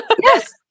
Yes